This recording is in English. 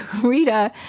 rita